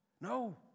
No